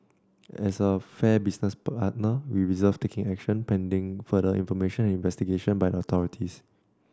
as a fair business partner we reserved taking action pending further information and investigation by the authorities